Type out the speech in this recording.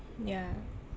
yah